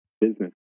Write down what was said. business